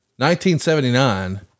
1979